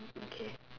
okay